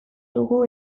dugu